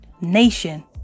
nation